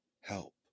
Help